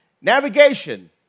Navigation